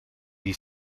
die